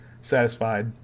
satisfied